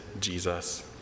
Jesus